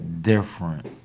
different